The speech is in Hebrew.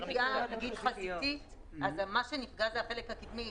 פגיעה חזיתית, מה שנקבע זה החלק הקדמי.